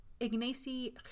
Ignacy